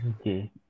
okay